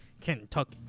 Kentucky